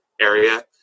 area